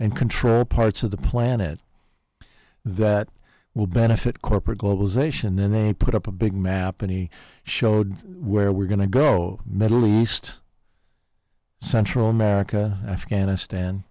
and control parts of the planet that will benefit corporate globalization then they put up a big map any showed where we're going to go middle east central america afghanistan